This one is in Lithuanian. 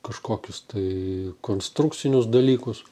kažkokius tai konstrukcinius dalykus